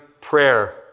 prayer